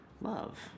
love